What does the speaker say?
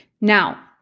Now